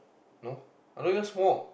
no I don't even smoke